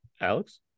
Alex